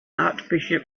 archbishop